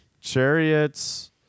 chariots